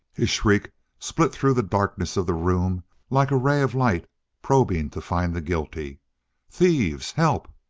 his shriek split through the darkness of the room like a ray of light probing to find the guilty thieves! help!